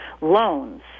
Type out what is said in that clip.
loans